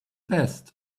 best